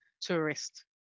tourist